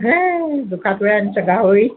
হে আনিছে গাহৰি